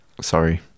sorry